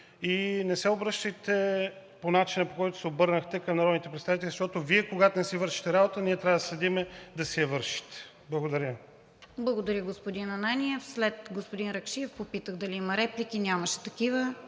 и не се обръщайте по начина, по който се обърнахте към народните представители, защото, когато Вие не си вършите работата, ние трябва да следим да си я вършите. Благодаря Ви. ПРЕДСЕДАТЕЛ РОСИЦА КИРОВА: Благодаря, господин Ананиев. След господин Ракшиев попитах дали има реплики. Нямаше такива